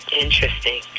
Interesting